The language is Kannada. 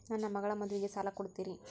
ನನ್ನ ಮಗಳ ಮದುವಿಗೆ ಸಾಲ ಕೊಡ್ತೇರಿ?